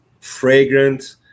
fragrant